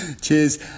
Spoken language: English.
Cheers